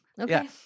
Okay